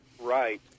Right